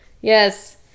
yes